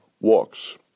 walks